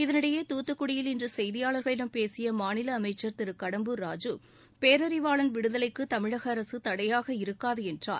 இதனிடையே தூத்துக்குடியில் இன்று செய்தியாளர்களிடம் பேசிய மாநில அமைச்சர் திரு கடம்பூர் ராஜூ பேரறிவாளன் விடுதலைக்கு தமிழக அரசு தடையாக இருக்காது என்றார்